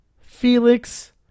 Felix